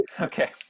Okay